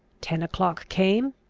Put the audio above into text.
ten o'clock came,